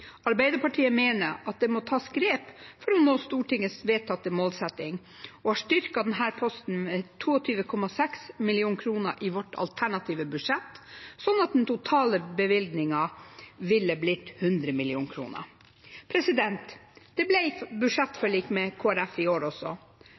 Arbeiderpartiet mener at det må tas grep for å nå Stortingets vedtatte målsetting, og har styrket denne posten med 22,6 mill. kr i vårt alternative budsjett, slik at den totale bevilgningen ville blitt 100 mill. kr. Det